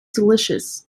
delicious